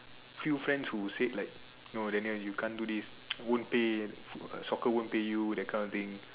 few friends who said like Daniel you can't do this soccer won't pay you that kind of thing